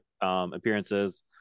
appearances